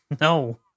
No